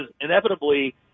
inevitably